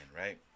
right